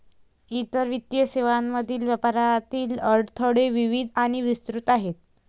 इतर वित्तीय सेवांमधील व्यापारातील अडथळे विविध आणि विस्तृत आहेत